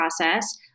process